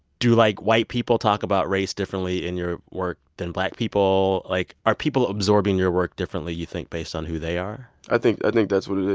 do, like, white people talk about race differently in your work than black people? like, are people absorbing your work differently, you think, based on who they are? i think i think that's what it is.